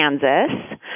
Kansas